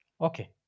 Okay